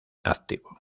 activo